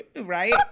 Right